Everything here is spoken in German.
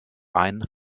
ein